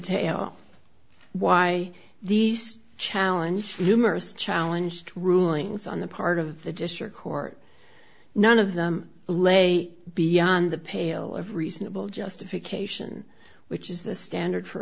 detail why these challenges you must challenge her rulings on the part of the district court none of them lay beyond the pale of reasonable justification which is the standard for